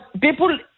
people